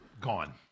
Gone